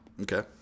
okay